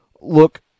look